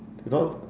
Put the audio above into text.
you know